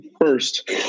first